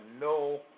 no